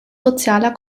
sozialer